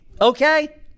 Okay